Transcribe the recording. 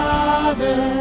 Father